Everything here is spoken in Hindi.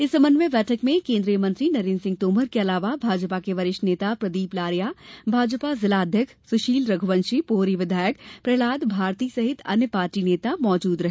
इस समन्वय बैठक में केंद्रीय मंत्री नरेंद्र सिंह तोमर के अलावा भाजपा के वरिष्ठ नेता प्रदीप लारिया भाजपा जिलाध्यक्ष सुशील रघुवंशी पोहरी विधायक प्रहलाद भारती सहित अन्य पार्टी नेता मौजूद रहे